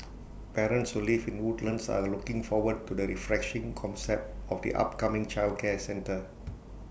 parents who live in Woodlands are looking forward to the refreshing concept of the upcoming childcare centre